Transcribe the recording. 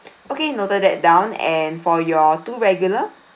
okay noted that down and for your two regular